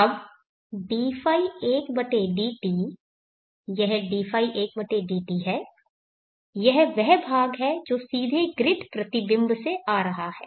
अब dϕ1dt यह dϕ1dt है यह वह भाग है जो सीधे ग्रिड प्रतिबिंब से आ रहा है